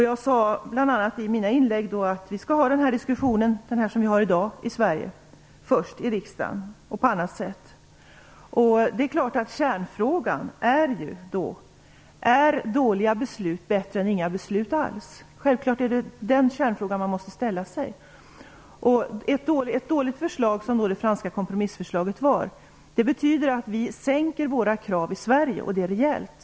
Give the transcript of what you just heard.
Jag sade bl.a. i mitt inlägg att vi skall föra diskussionen i Sverige först, i riksdagen - såsom vi har gjort här i dag - och på annat sätt. Kärnfrågan, som man självfallet måste ställa sig, är denna: Är dåliga beslut bättre än inga beslut alls? Ett dåligt förslag, som det franska kompromissförslaget, betyder att vi sänker våra krav i Sverige rejält.